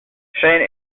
shane